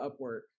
Upwork